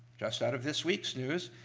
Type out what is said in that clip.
just out of this week's news,